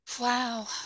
Wow